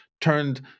turned